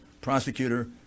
prosecutor